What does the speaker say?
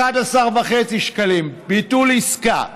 11.5 שקלים על ביטול עסקה,